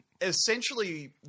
essentially